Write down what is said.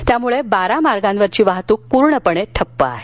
त्यामुळं बारा मार्गांबरील वाहतूक पूर्णपणे ठप्प आहे